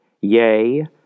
Yea